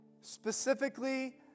specifically